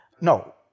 No